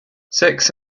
six